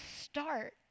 start